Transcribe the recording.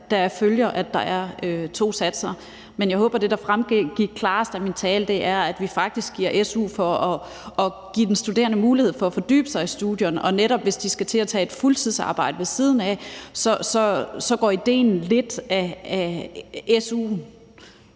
deraf følger, at der er to satser. Men jeg håber, at det, der fremgik klarest af min tale, var, at vi faktisk giver su for at give de studerende mulighed for at fordybe sig i studierne, og hvis de så netop skal tage et fuldtidsarbejde ved siden af, går idéen lidt af